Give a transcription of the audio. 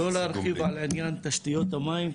אני לא אתחיל לדבר על עניין תשתיות המים,